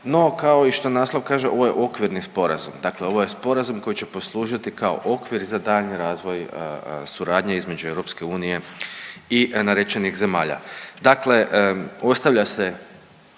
No i kao što naslov kaže ovo je okvirni sporazum, dakle ovo je sporazum koji će poslužiti kao okvir za daljnji razvoj suradnje između EU i narečenih zemalja. Dakle, ostavlja se